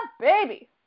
baby